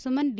Suman D